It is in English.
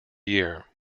year